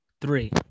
three